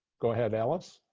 go ahead, alice.